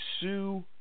sue